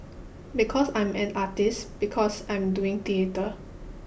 because I'm an artist because I'm doing theatre